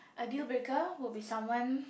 a dealbreaker would be someone